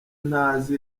ntazi